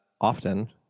often